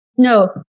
No